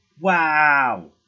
Wow